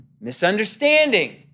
misunderstanding